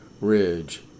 Ridge